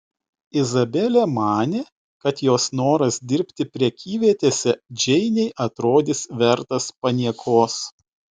izabelė manė kad jos noras dirbti prekyvietėse džeinei atrodys vertas paniekos